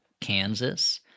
Kansas